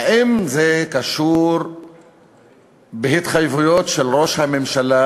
האם זה קשור להתחייבויות של ראש הממשלה